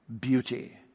beauty